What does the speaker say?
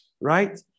right